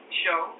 show